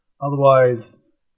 Otherwise